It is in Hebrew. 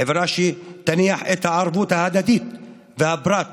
חברה שתניח את הערבות ההדדית והפרט